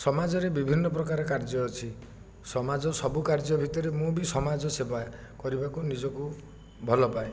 ସମାଜରେ ବିଭିନ୍ନ ପ୍ରକାର କାର୍ଯ୍ୟ ଅଛି ସମାଜ ସବୁ କାର୍ଯ୍ୟ ଭିତରେ ମୁଁ ବି ସମାଜ ସେବା କରିବାକୁ ନିଜକୁ ଭଲ ପାଏ